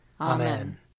Amen